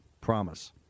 promise